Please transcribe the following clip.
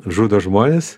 žudo žmones